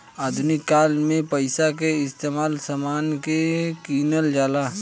आधुनिक काल में पइसा के इस्तमाल समान के किनल जाला